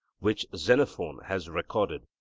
which xenophon has recorded,